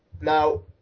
Now